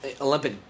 Olympic